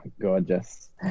gorgeous